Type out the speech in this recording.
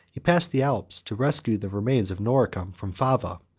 he passed the alps, to rescue the remains of noricum from fava,